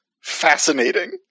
fascinating